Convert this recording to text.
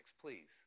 please